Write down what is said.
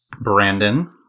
Brandon